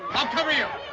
i'll cover you.